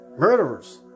Murderers